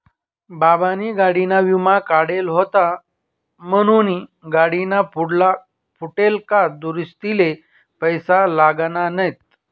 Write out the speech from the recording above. बाबानी गाडीना विमा काढेल व्हता म्हनीन गाडीना पुढला फुटेल काच दुरुस्तीले पैसा लागना नैत